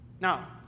Now